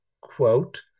quote